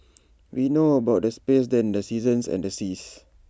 we know about the space than the seasons and the seas